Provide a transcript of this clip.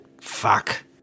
Fuck